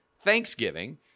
Thanksgiving